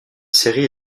série